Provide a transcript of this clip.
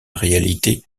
réalité